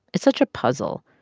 it's such a puzzle.